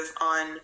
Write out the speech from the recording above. on